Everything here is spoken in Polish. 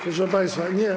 Proszę państwa, nie.